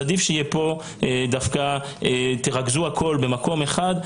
עדיף שתרכזו הכל במקום אחד,